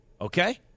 okay